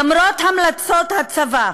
למרות המלצות הצבא,